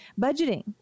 budgeting